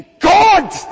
God